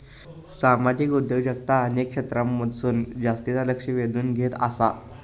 सामाजिक उद्योजकता अनेक क्षेत्रांमधसून जास्तीचा लक्ष वेधून घेत आसा